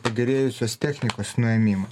pagerėjusios technikos nuėmimo